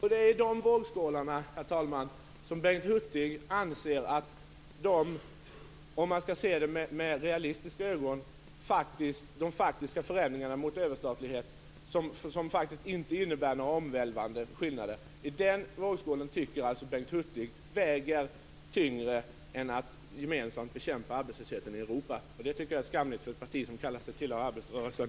Herr talman! Bengt Hurtig anser alltså att den vågskålen - de förändringar mot överstatlighet som, sett med realistiska ögon, faktiskt inte innebär några omvälvande skillnader - väger tyngre än att gemensamt bekämpa arbetslösheten i Europa. Det tycker jag är skamligt för ett parti som säger sig tillhöra arbetarrörelsen.